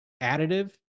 additive